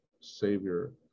savior